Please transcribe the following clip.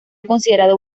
considerado